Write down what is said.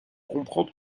comprendre